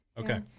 Okay